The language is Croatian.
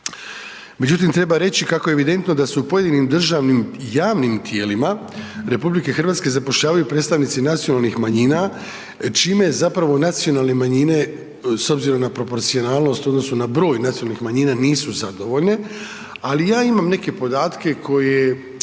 Međutim treba reći kako je evidentno da se u pojedinim državnim i javnim tijelima RH zapošljavaju predstavnici nacionalnih manjina čime zapravo nacionalne manjine s obzirom na proporcionalnost u odnosu na broj nacionalnih manjina, nisu zadovoljne ali ja imam neke podatke koje